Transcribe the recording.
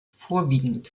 vorwiegend